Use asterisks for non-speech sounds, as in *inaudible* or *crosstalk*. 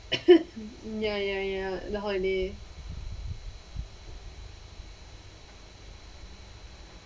*coughs* ya ya ya the holiday